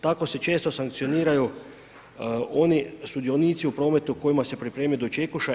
Tako se često sankcioniraju oni sudionici u prometu kojima se pripremi dočekuša.